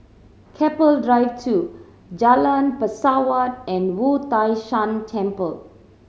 Keppel Drive Two Jalan Pesawat and Wu Tai Shan Temple